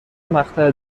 مقطع